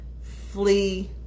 flee